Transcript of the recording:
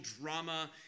drama